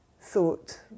thought